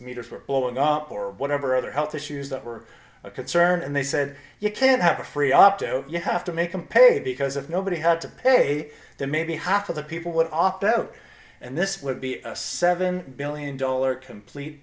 meter for blowing up or whatever other health issues that were a concern and they said you can't have a free op do you have to make them pay because of nobody had to pay then maybe half of the people would off the hook and this would be a seven billion dollar complete